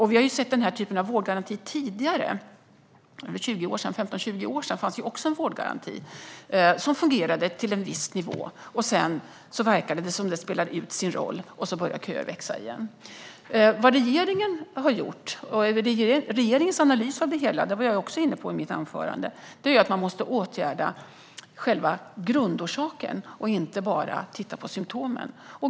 Vi har sett vårdgarantier tidigare; för 15-20 år sedan fanns också en vårdgaranti som fungerade till en viss nivå. Sedan verkade den ha spelat ut sin roll, och så började köerna växa igen. Regeringens analys av det hela är, som jag var inne på i mitt anförande, att man måste åtgärda själva grundorsaken och inte bara titta på symtomen.